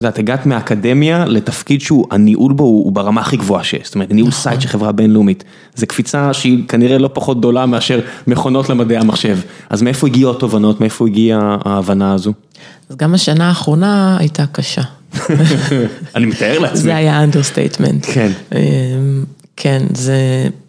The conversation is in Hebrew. ואת הגעת מהאקדמיה לתפקיד שהוא, הניהול בו הוא, הוא ברמה הכי גבוהה שיש. זאת אומרת, ניהול סייט של חברה בינלאומית. זו קפיצה שהיא כנראה לא פחות גדולה מאשר מכונות למדעי המחשב. אז מאיפה הגיעו התובנות, מאיפה הגיעה ההבנה הזו? אז גם השנה האחרונה הייתה קשה. אני מתאר לעצמי. זה היה understatement. כן. כן, זה...